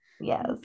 yes